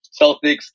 Celtics